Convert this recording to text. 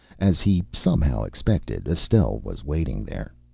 as he somehow expected, estelle was waiting there.